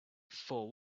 fore